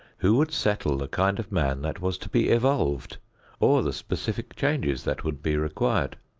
who would settle the kind of man that was to be evolved or the specific changes that would be required?